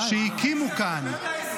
בן ערב,